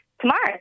tomorrow